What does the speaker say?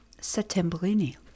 Settembrini